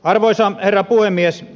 arvoisa herra puhemies